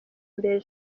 mbere